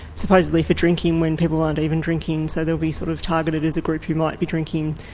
supposedly for drinking when people aren't even drinking, so they'll be sort of targeted as a group who might be drinking,